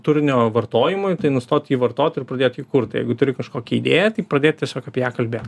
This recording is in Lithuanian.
turinio vartojimui tai nustot jį vartot ir pradėt jį kurt tai jeigu turi kažkokį idėją taip pradėt tiesiog apie ją kalbėt